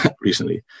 recently